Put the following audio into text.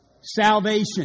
salvation